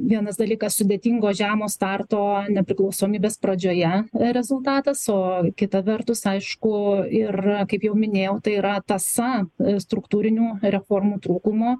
vienas dalykas sudėtingo žemo starto nepriklausomybės pradžioje rezultatas o kita vertus aišku ir kaip jau minėjau tai yra tąsa struktūrinių reformų trūkumo